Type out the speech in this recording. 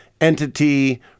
entity